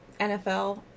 nfl